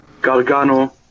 Gargano